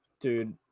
Dude